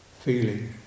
feeling